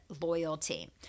loyalty